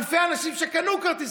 אלפי אנשים שקנו כרטיסים,